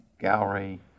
gallery